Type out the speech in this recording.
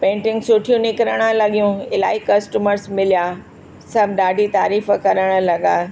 paintings सुठियूं निकिरणु लॻियूं इलाही कस्टमर्स मिलिया सभु ॾाढी तारीफ़ करण लॻा